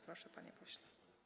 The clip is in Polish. Proszę, panie pośle.